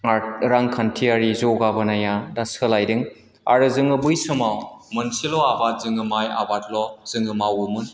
आरो रांखान्थियारि जौगाबोनाया दा सोलायदों आरो जोङो बै समाव मोनसेल' आबाद जोङो माइ आबादल' जोङो मावोमोन